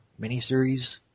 miniseries